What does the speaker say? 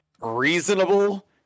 reasonable